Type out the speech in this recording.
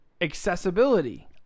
Accessibility